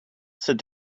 said